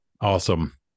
Awesome